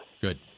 Good